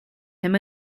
him